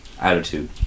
attitude